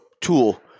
tool